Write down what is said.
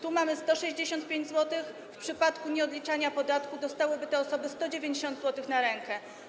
Tu mamy 165 zł, w przypadku nieodliczania podatku dostałyby te osoby 190 zł na rękę.